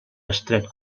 estret